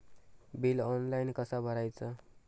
Bill online कसा भरायचा?